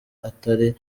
atari